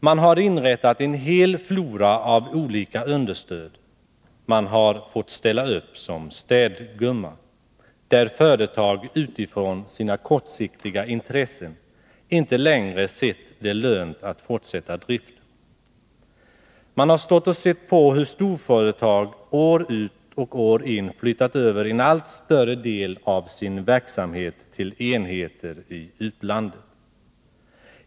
Man har inrättat en hel flora av olika understöd, man har fått ställa upp som städgumma, där företag utifrån sina kortsiktiga intressen inte längre har ansett det lönt att fortsätta driften. Man har stått och sett på hur storföretag år ut och år in flyttat över en allt större del av sin verksamhet till enheter i utlandet.